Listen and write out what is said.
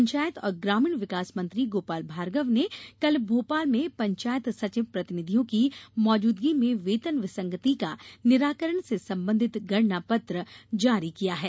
पंचायत और ग्रामीण विकास मंत्री गोपाल भार्गव ने कल भोपाल में पंचायत सचिव प्रतिनिधियों की मौजूदगी में वेतन विसंगति का निराकरण से संबंधित गणना पत्र जारी किया है